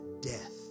death